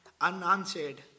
unanswered